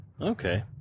Okay